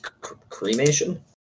Cremation